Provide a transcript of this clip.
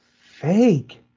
fake